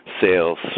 sales